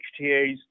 HTAs